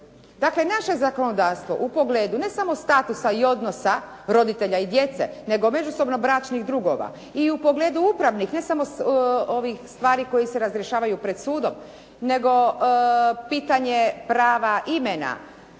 Dakle, naše zakonodavstvo u pogledu ne samo statusa i odnosa roditelja i djece, nego međusobno bračnih drugova i u pogledu upravnih, ne samo stvari koje se rješavaju pred sudom, nego pitanje prava imena.